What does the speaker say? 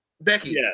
Becky